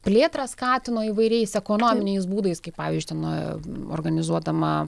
plėtrą skatino įvairiais ekonominiais būdais kaip pavyzdžiui ten organizuodama